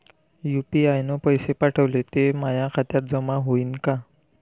UPI न पैसे पाठवले, ते माया खात्यात जमा होईन का?